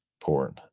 porn